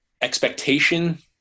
expectation